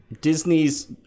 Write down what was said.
Disney's